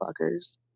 fuckers